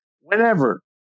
Whenever